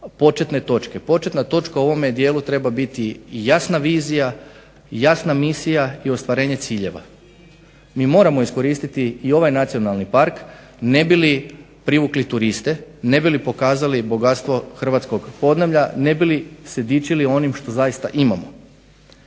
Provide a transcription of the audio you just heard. Početna točka u ovome dijelu treba biti jasna vizija, jasna misija i ostvarenje ciljeva. Mi moramo iskoristiti i ovaj nacionalni park ne bi li privukli turiste ne bi li pokazali bogatstvo hrvatskog podneblja, ne bi li se dičili onim što zaista imamo.